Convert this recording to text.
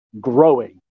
growing